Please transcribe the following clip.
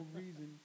reason